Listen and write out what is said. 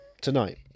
tonight